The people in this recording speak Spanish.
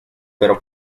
pero